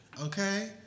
Okay